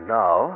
now